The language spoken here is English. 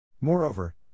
Moreover